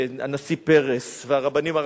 והנשיא פרס, והרבנים הראשיים.